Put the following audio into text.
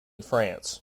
france